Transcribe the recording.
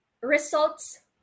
results